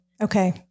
Okay